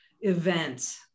event